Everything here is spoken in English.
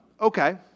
Okay